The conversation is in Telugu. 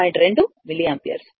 2 మిల్లియాంపియర్లు